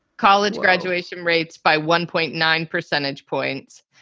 college graduation rates by one point nine percentage points,